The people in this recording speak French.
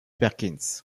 perkins